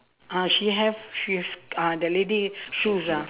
ah she have she have sc~ ah the lady shoes ah